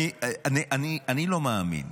אני לא מאמין.